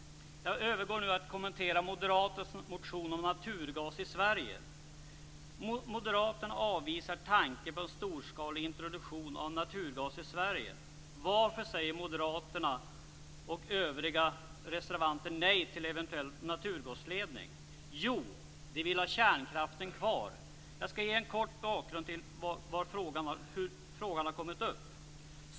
Jag övergår till att kommentera moderaternas motion om naturgas i Sverige. Moderaterna avvisar tanken på en storskalig introduktion av naturgas i Sverige. Varför säger moderaterna och övriga reservanter nej till en eventuell naturgasledning? Jo, de vill ha kärnkraften kvar. Jag skall ge en kort bakgrund till hur frågan har kommit upp.